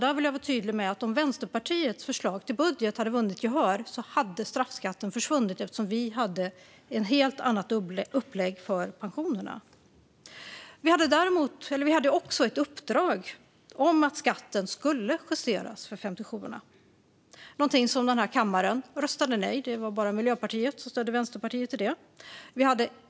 Jag vill vara tydlig med att straffskatten hade försvunnit om förslaget till budget från oss i Vänsterpartiet hade vunnit gehör, eftersom vi hade ett helt annat upplägg för pensionerna. Vi hade också ett uppdrag om att skatten skulle justeras för 57:orna. Det var någonting som kammaren röstade nej till; det var bara Miljöpartiet som stödde Vänsterpartiet i detta.